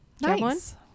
nice